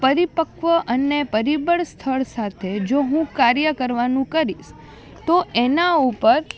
પરિપક્વ અને પરિબળ સ્થળ સાથે જો હું કાર્ય કરવાનું કરીશ તો એના ઉપર